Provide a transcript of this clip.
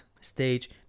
stage